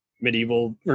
medieval